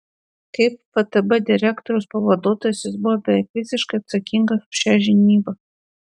kaip ftb direktoriaus pavaduotojas jis buvo beveik visiškai atsakingas už šią žinybą